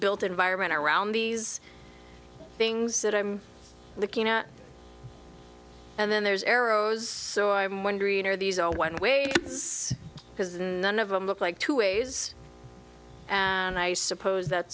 built environment around these things that i'm looking at and then there's arrows so i'm wondering are these a one way because in the end of them look like two ways and i suppose that